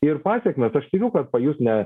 ir pasekmes aš tikiu kad pajus ne